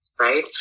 Right